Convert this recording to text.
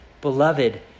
Beloved